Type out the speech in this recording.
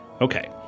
Okay